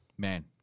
Man